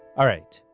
alright,